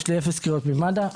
יש לי אפס קריאות ממד"א.